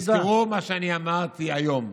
אז תזכרו מה שאני אמרתי היום: